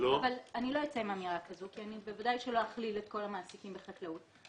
כי אני בוודאי שלא אכליל את כל המעסיקים בחקלאות,